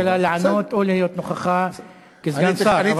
לממשלה לענות או להיות נוכחת עם סגן שר.